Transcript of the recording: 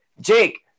Jake